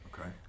Okay